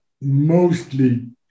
mostly